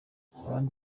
abandi